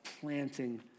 planting